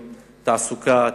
תעסוקה,